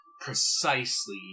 precisely